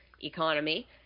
economy